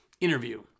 interview